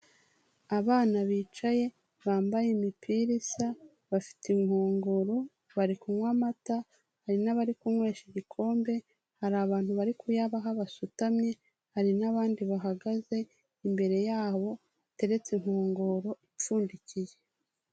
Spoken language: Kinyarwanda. Abana bicaye bambaye imipira isa, bafite inkongoro, bari kunywa amata, hari n'abari kunywesha igikombe, hari abantu bari kuyabaha basutamye, hari n'abandi bahagaze, imbere yabo hateretse inkongoro ipfundikiye.